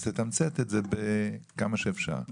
אז תתמצת את זה כמה שאפשר,